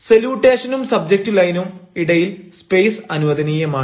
സല്യൂട്ടേഷനും subject ലൈനും ഇടയിൽ space അനുവദനീയമാണ്